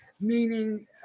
meaning